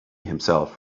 himself